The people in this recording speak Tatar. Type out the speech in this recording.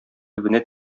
төбенә